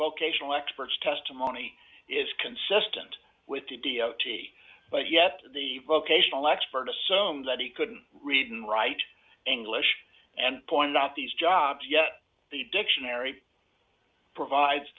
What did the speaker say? vocational experts testimony is consistent with the d o t but yet the vocational expert assumes that he couldn't read and write english and pointed out these jobs yet the dictionary provides